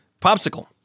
popsicle